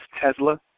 Tesla